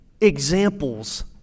examples